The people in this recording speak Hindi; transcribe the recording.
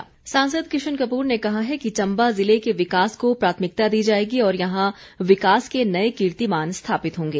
किशन कपूर सांसद किशन कपूर ने कहा है कि चम्बा जिले के विकास को प्राथमिकता दी जाएगी और यहां विकास के नए कीर्तिमान स्थापित होंगे